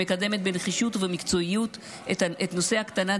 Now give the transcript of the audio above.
שמקדמת בנחישות ובמקצועיות את נושא הקטנת